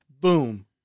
Boom